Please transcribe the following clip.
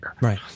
Right